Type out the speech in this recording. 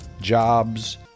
jobs